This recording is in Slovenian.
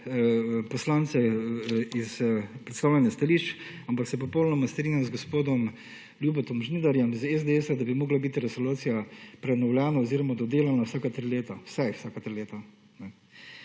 poslance iz predstavljanja stališč, ampak se popolnoma strinjam z gospodom Ljubom Žnidarjem iz SDS, da bi morala biti resolucija prenovljena oziroma dodelana na vsaka tri leta, vse vseka tri leta.